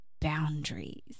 boundaries